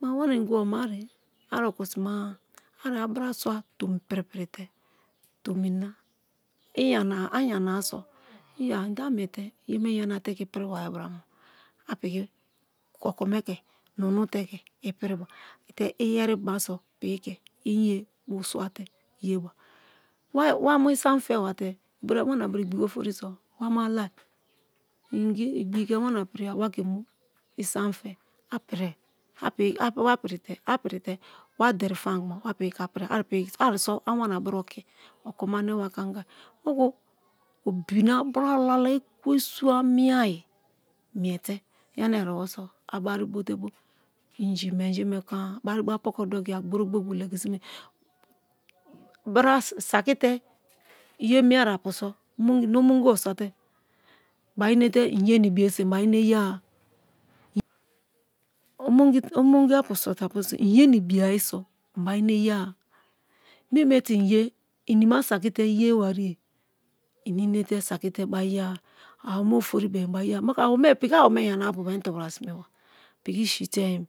kuma wamini ingibo ma arį ạ okosimara abrasua tomi piri piri te tomi na a yanaa so iya ị de amiete yeme yana te ke ipiriwaro mọ ạ piki okome kẹ nunu te ke ipiriba te iyerima sọ piki ke inye bįo swate yeba wa mu isam febate bro wamina bra igbiki ȯfoȓo so wamu ala ingi igbiki ke wamina pri wa ke mu isam te a pirie a pirite wa dero fama kuma ariso ạ wamina bra okiye okome ane wa ke anga moku obi na bra lalai ekwensu ạ mireye mite yana erebo so a bari bote bọ inji menji me koma abari bọ apoko dokiya gbọri ógboku legi sime sakite yemieri apu so ị omongibo sọ te i bari enete yena-ibiye sọ ị bari ire yea-a omongiapu sọ ị bari ine yeana mena te inye i nima sakite bari ino yeana awoome oferi be-e ị bari ine yee-a piki awome yana-a meni tobira ye ba piki sitem.